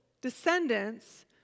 descendants